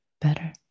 better